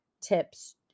tips